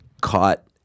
caught